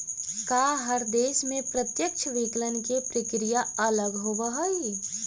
का हर देश में प्रत्यक्ष विकलन के प्रक्रिया अलग होवऽ हइ?